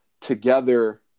together